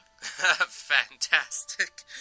Fantastic